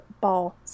ball